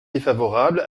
défavorable